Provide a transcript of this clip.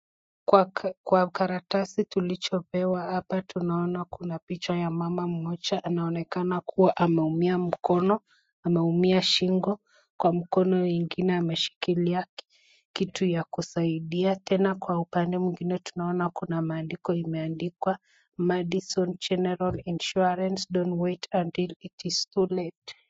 Kwa karatasi tulichopewa hapa tunaona kuna picha ya mama mmoja anaonekana kua ameumia mkono, ameumia shingo. Kwa mkono hii ingine ameshikilia kitu ya kisaidia tena kwa upande mwingine tunaona kuna maandiko imeandikwa Madison General Insurance don't wait until it is too late .